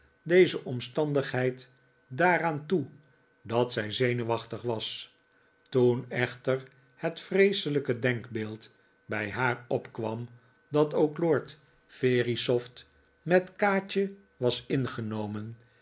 deze omstandigheid daaraan toe dat zij zenuwachtig was toen echter het vreeselijke denkbeeld bij haar opkwam dat ook lord verisopht met kaatje was ingenomen